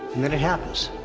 and then it happens,